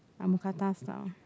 uh Mookata style